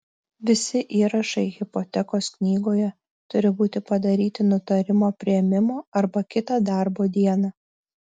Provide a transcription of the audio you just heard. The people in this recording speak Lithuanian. visi įrašai hipotekos knygoje turi būti padaryti nutarimo priėmimo arba kitą darbo dieną